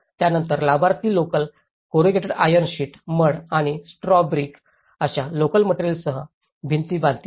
त्यानंतर लाभार्थी local corrugated iron sheets mud आणि स्त्राव ब्रिक अशा लोकल मटेरिअल्ससह भिंती बांधतील